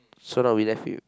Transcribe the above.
so now we left you